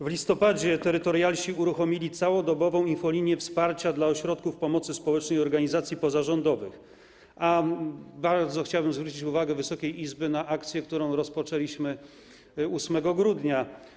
W listopadzie terytorialsi uruchomili całodobową infolinię wsparcia dla ośrodków pomocy społecznej organizacji pozarządowych, a bardzo chciałbym zwrócić uwagę Wysokiej Izby na akcję, którą rozpoczęliśmy 8 grudnia.